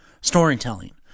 Storytelling